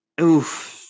Oof